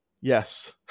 Yes